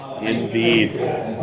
Indeed